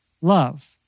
love